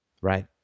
Right